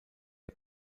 der